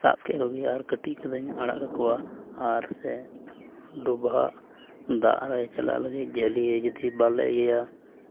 ᱥᱟᱵ ᱠᱮᱜ ᱠᱚᱜᱮ ᱟᱨ ᱠᱟᱹᱴᱤᱡ ᱠᱚᱫᱚᱧ ᱟᱲᱟᱜ ᱠᱟᱠᱚᱣᱟ ᱟᱨ ᱥᱮ ᱰᱚᱵᱷᱟᱜ ᱫᱟᱜ ᱨᱮ ᱪᱟᱞᱟᱜ ᱞᱟᱹᱜᱤᱫ ᱡᱟᱹᱞᱤᱭᱟᱹ ᱡᱩᱫᱤ ᱵᱟᱞᱮ ᱤᱭᱟᱹᱭᱟ